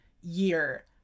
year